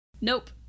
Nope